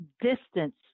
distance